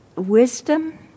wisdom